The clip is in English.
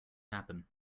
happen